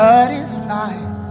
Satisfied